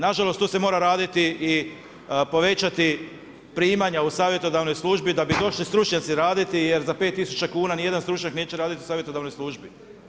Nažalost, tu se mora raditi i povećati primanja u savjetodavnoj službi da bi došli stručnjaci raditi jer za 5 tisuća kuna ni jedan stručnjak neće raditi u savjetodavnoj službi.